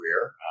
career